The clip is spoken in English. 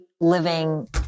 living